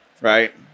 right